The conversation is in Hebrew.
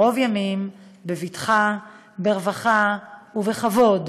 ברוב ימים, בבטחה, ברווחה ובכבוד,